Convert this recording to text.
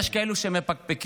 יש כאלה שמפקפקים,